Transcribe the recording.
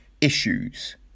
issues